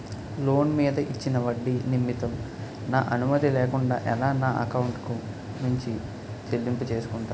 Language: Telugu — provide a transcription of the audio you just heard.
లోన్ మీద ఇచ్చిన ఒడ్డి నిమిత్తం నా అనుమతి లేకుండా ఎలా నా ఎకౌంట్ నుంచి చెల్లింపు చేసుకుంటారు?